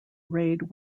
raid